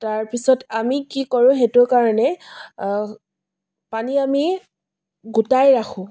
তাৰপিছত আমি কি কৰোঁ সেইটো কাৰণে পানী আমি গোটাই ৰাখোঁ